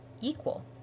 equal